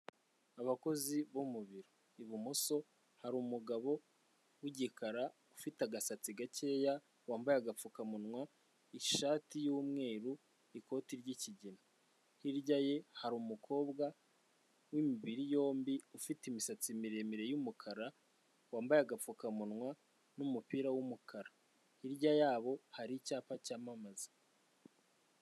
Abakozi bo mu biro ibumoso hari umugabo w'igikara, ufite agasatsi gakeya, wambaye agapfukamunwa, ishati y'umweru, ikoti ry'ikigina, hirya ye hari umukobwa w'imibiri yombi ufite imisatsi miremire y'umukara wambaye agapfukamunwa n'umupira w'umukara hirya yabo hari icyapa cyamamaza.